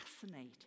fascinating